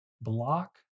Block